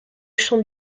chant